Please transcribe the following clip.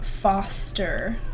foster